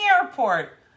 airport